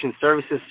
services